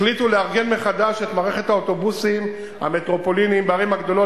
החליטו לארגן מחדש את מערכת האוטובוסים המטרופוליניים בערים הגדולות,